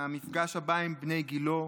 מהמפגש הבא עם בני גילו,